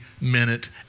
minute